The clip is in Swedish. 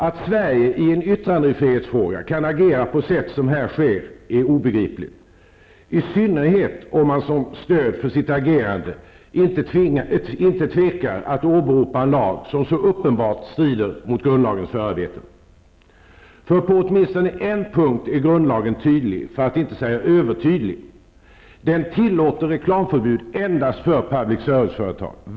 Att Sverige i en yttrandefrihetsfråga kan agera på det här sättet är obegripligt, i synnerhet om man som stöd för sitt agerande inte tvekar att åberopa en lag som så uppenbart strider mot grundlagens förarbeten. På åtminstone en punkt är grundlagen tydlig -- för att inte säga övertydlig. Den tillåter reklamförbud endast för public service-företag.